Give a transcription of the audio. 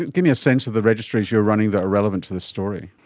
give me a sense of the registries you're running that are relevant to this story.